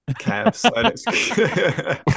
Cavs